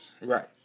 Right